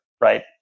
right